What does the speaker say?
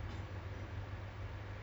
my office situ is like